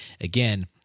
again